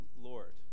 Lord